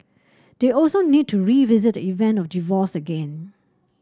they also need to revisit the event of divorce again